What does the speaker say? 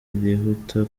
irihuta